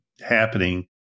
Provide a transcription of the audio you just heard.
happening